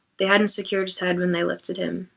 they hadn't secured his head when they lifted him,